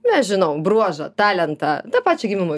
mes žinom bruožą talentą tą pačią gimimo